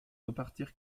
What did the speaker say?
repartir